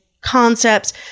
concepts